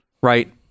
right